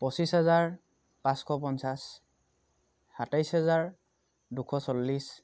পঁচিছ হোজাৰ পাঁচশ পঞ্চাছ সাতাইছ হাজাৰ দুশ চল্লিছ